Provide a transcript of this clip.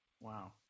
Wow